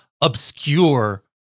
obscure